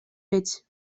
fets